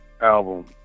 album